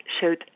showed